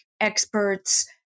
experts